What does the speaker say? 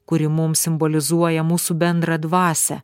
kuri mum simbolizuoja mūsų bendrą dvasią